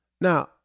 Now